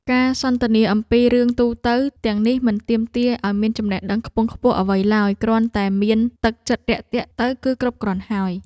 ការសន្ទនាអំពីរឿងទូទៅទាំងនេះមិនទាមទារឱ្យមានចំណេះដឹងខ្ពង់ខ្ពស់អ្វីឡើយ គ្រាន់តែមានទឹកចិត្តរាក់ទាក់ទៅគឺគ្រប់គ្រាន់ហើយ។